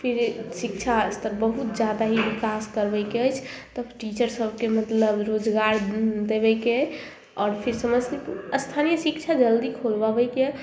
फिर शिक्षा स्तर बहुत जादा ही विकास करयके अछि तब टीचर सबके मतलब रोजगार देबैके अछि आओर फिर स्थानीय शिक्षा जल्दी खुलबाबैके अछि